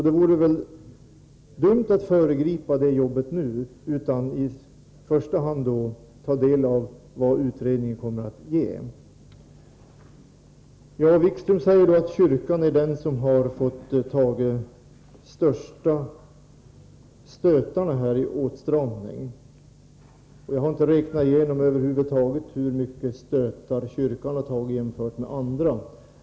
Det vore väl dumt att föregripa det arbetet nu utan att i första hand ta del av utredningens resultat. Jan-Erik Wikström säger att kyrkan är den som har fått ta de största stötarna när det gäller åtstramning. Jag har över huvud taget inte räknat ut hur många stötar kyrkan har tagit i förhållande till andra.